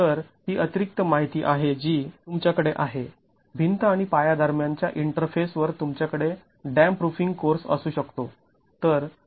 तर ही अतिरिक्त माहिती आहे जी तुमच्याकडे आहे भिंत आणि पाया दरम्यानच्या इंटरफेस वर तुमच्याकडे डॅम्प प्रूफिंग कोर्स असू शकतो